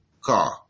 car